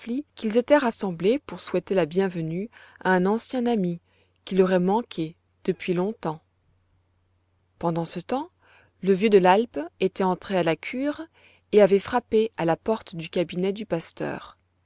qu'ils étaient rassemblés pour souhaiter la bienvenue à un ancien ami qui leur aurait manqué depuis longtemps pendant ce temps le vieux de l'alpe était entré à la cure et avait frappé à la porte du cabinet du pasteur